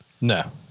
No